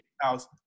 house